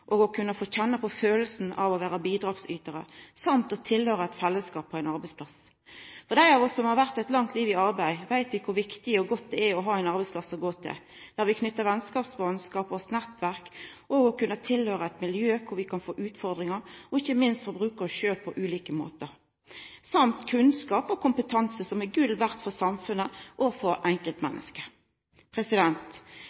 få kjenna på følelsen av å vera bidragsytarar og å tilhøyra eit fellesskap på ein arbeidsplass. Dei av oss som har vore eit langt liv i arbeid, veit kor viktig og godt det er å ha ein arbeidsplass å gå til, der vi knyter vennskapsband og skapar oss nettverk, å kunna høyra til eit miljø kor vi kan få utfordringar og ikkje minst få bruka oss sjølve på ulike måtar og få kunnskap og kompetanse som er gull verdt for samfunnet og for